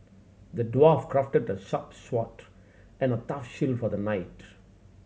the dwarf crafted a sharp sword and a tough shield for the knight